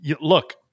look